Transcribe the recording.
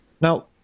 Now